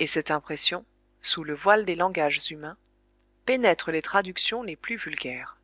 et cette impression sous le voile des langages humains pénètre les traductions les plus vulgaires